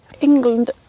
England